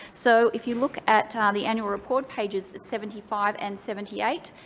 so, if you look at ah the annual report pages seventy five and seventy eight,